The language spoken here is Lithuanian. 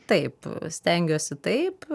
taip stengiuosi taip